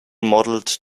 modeled